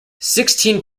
sixteen